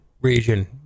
region